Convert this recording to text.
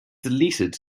deleted